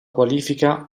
qualifica